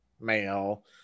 male